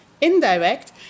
indirect